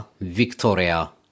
Victoria